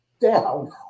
down